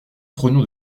trognon